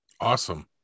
awesome